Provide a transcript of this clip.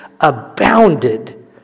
abounded